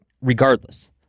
regardless